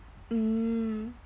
mm